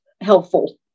helpful